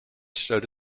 stellte